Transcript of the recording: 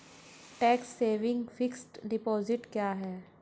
Tax saving fixed deposit क्या है?